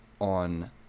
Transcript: on